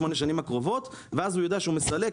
שמונה שנים הקרובות ואז הוא יודע שהוא מסלק,